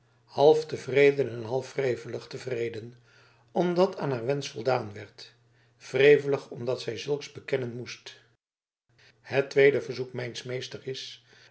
half tevreden en half wrevelig tevreden omdat aan haar wensch voldaan werd wrevelig omdat zij zulks bekennen moest het tweede verzoek mijns meesters is